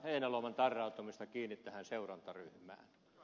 heinäluoman tarrautumista kiinni tähän seurantaryhmään